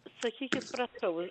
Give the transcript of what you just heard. sakykit prašau